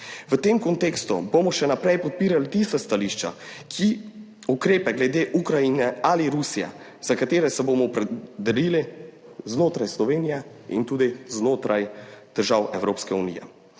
V tem kontekstu bomo še naprej podpirali tista stališča, ki ukrepe glede Ukrajine ali Rusije, za katere se bomo opredelili znotraj Slovenije in tudi znotraj držav Evropske unije.